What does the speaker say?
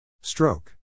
Stroke